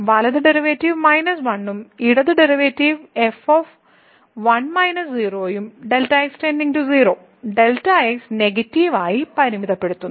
വലത് ഡെറിവേറ്റീവ് 1 ഉം ഇടത് ഡെറിവേറ്റീവ് f ഉം Δx → 0 Δx നെഗറ്റീവ് ആയി പരിമിതപ്പെടുത്തുന്നു